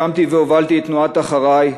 הקמתי והובלתי את תנועת "אחריי!"